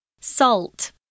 Salt